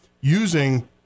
using